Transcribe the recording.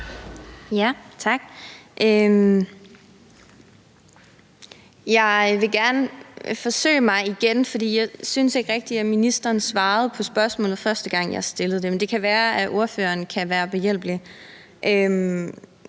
Jeg vil gerne forsøge mig igen, for jeg synes ikke rigtig, at ministeren svarede på spørgsmålet første gang, jeg stillede det, men det kan være, at ordføreren kan være behjælpelig.